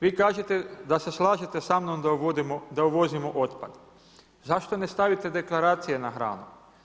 Vi kažete da se slažete sa mnom da uvozimo otpad, zašto ne stavite deklaracije na hranu?